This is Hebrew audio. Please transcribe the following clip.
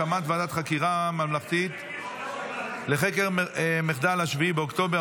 הקמת ועדת חקירה ממלכתית לחקר מחדל 7 באוקטובר,